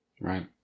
right